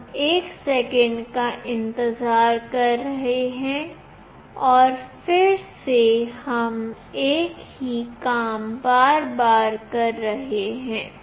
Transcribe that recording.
हम 1 सेकंड का इंतजार कर रहे हैं और फिर से हम एक ही काम बार बार कर रहे हैं